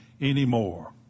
anymore